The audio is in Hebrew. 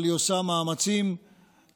אבל היא עושה מאמצים קטנים.